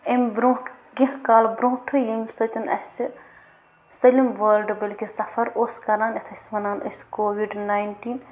امہِ برٛونٛٹھ کیٚنٛہہ کال برٛونٛٹھٕے ییٚمہِ سۭتۍ اَسہِ سٲلِم وٲلڈٕ بَلکہِ سفر اوس کَران یَتھ أسۍ وَنان ٲسۍ کووِڈ نایِنٹیٖن